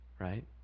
right